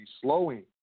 slowing